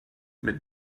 mit